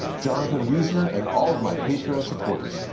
jonathan weesner and all of my patreon supporters.